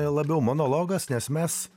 labiau monologas nes mes